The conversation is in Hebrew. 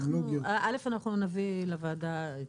אנחנו נביא לוועדה,